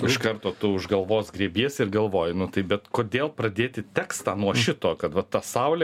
iš karto tu už galvos griebiesi ir galvoji nu tai bet kodėl pradėti tekstą nuo šito kad vat ta saulė